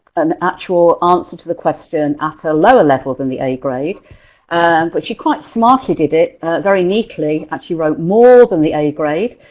an actual answer to the question at a lower level than the a grade but she quite smartly did it very neatly and she wrote more than the a grade